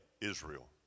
Israel